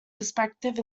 perspective